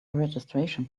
registration